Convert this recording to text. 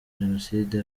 jenoside